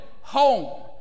home